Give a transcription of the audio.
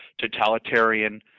totalitarian